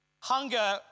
Hunger